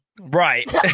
Right